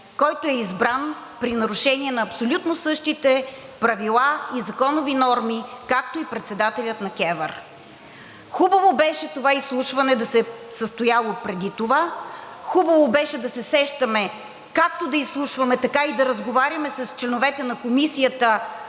който е избран при нарушение на абсолютно същите правила и законови норми, както и председателят на КЕВР?! Хубаво беше това изслушване да се е състояло преди това, хубаво беше да се сещаме както да изслушваме, така и да разговаряме с членовете на Комисията,